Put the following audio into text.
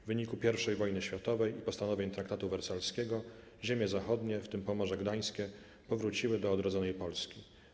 W wyniku I wojny światowej i postanowień traktatu wersalskiego ziemie zachodnie, w tym Pomorze Gdańskie, powróciły do odrodzonej Polski.